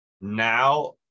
now